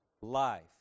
life